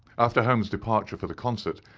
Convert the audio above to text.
after holmes' departure for the concert,